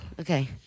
Okay